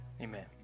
Amen